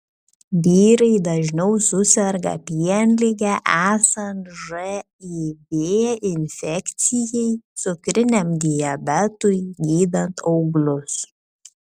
vyrai dažniau suserga pienlige esant živ infekcijai cukriniam diabetui gydant auglius